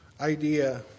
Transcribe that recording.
idea